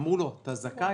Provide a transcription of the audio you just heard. אמרו לו: אתה זכאי,